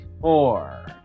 four